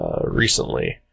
recently